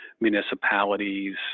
municipalities